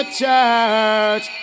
church